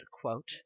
quote